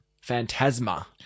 Phantasma